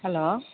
hello